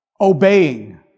obeying